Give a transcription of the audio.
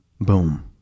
Boom